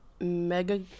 Mega